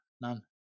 none